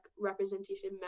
representation